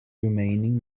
remaining